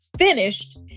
finished